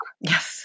Yes